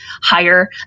higher